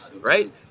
Right